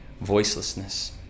voicelessness